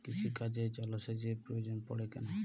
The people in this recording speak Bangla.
কৃষিকাজে জলসেচের প্রয়োজন পড়ে কেন?